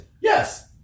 Yes